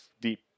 deep